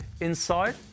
inside